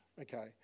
Okay